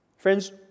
Friends